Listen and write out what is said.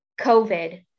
COVID